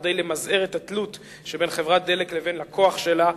כדי למזער את התלות שבין חברת דלק לבין לקוח שלה,